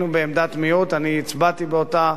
אני הצבעתי באותה ישיבה,